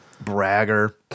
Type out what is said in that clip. Bragger